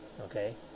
okay